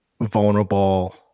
vulnerable